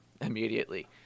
immediately